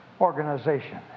organization